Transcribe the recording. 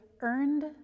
earned